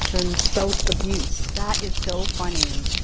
and self-abuse! that is so funny!